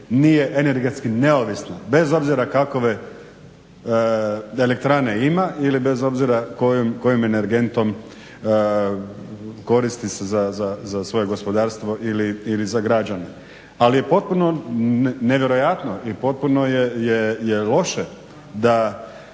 nije energetski neovisna bez obzira kakove da elektrane ima ili bez obzira kojim energentom koristi se za svoje gospodarstvo ili za građane. Ali je potpuno nevjerojatno i potpuno je loše da